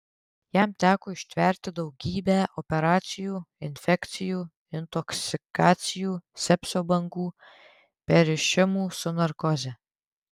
jam teko ištverti daugybę operacijų infekcijų intoksikacijų sepsio bangų perrišimų su narkoze